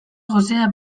gosea